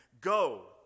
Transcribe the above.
Go